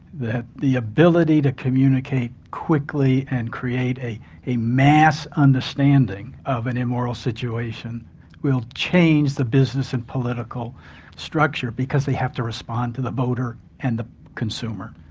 that the ability to communicate quickly and create a a mass understanding of an immoral situation will change the business and political structure, because they have to respond to the voter and the consumer.